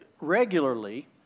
regularly